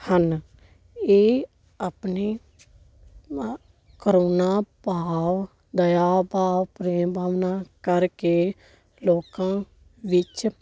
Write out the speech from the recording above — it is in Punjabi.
ਹਨ ਇਹ ਆਪਣੇ ਕਰੋਨਾ ਭਾਵ ਦਇਆ ਭਾਵ ਪ੍ਰੇਮ ਭਾਵਨਾ ਕਰਕੇ ਲੋਕਾਂ ਵਿੱਚ